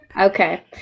Okay